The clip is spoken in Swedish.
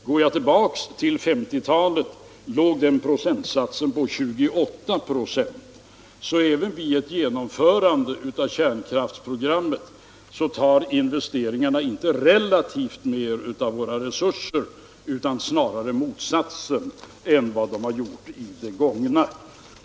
På 1950-talet låg den procentsatsen på 28 ".. Även vid ett genomförande av kärnkraftsprogrammet tar investeringarna därför inte relativt mer av våra resurser, snarare motsatsen, än vad de gjort tidigare.